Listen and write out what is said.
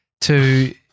to-